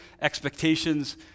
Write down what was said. expectations